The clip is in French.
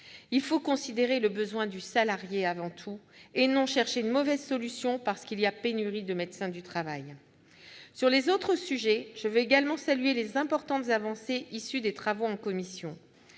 Il faut considérer le besoin du salarié avant tout et non chercher une mauvaise solution parce qu'il y a pénurie de médecins du travail. Sur les autres sujets, je veux également saluer les importantes avancées issues des travaux en commission.